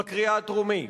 בקריאה הטרומית,